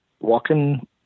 walking